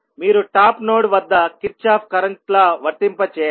మీరు top node వద్ద Kirchhoff current law వర్తింపజేయాలి